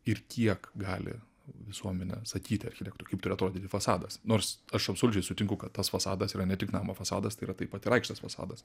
ir kiek gali visuomenė sakyti architektui kaip turi atrodyti fasadas nors aš absoliučiai sutinku kad tas fasadas yra ne tik namo fasadas tai yra taip pat ir aikštės fasadas